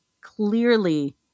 clearly